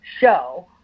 show